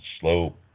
slope